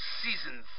Season